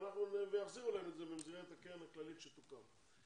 ויחזירו להם את זה במסגרת הקרן הכללית שתוקם.